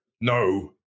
no